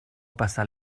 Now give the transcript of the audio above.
passar